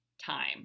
time